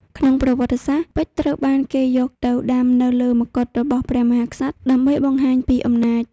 ក្នុងប្រវត្តិសាស្ត្រ ពេជ្រត្រូវបានគេយកទៅដាំនៅលើមកុដរបស់ព្រះមហាក្សត្រដើម្បីបង្ហាញពីអំណាច។